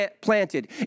planted